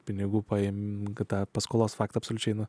pinigų paimk tą paskolos faktą absoliučiai nu